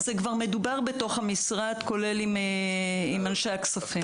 זה כבר מדובר בתוך המשרד, כולל עם אנשי הכספים.